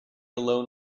alone